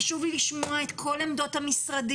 חשוב לי לשמוע את כל עמדות המשרדים.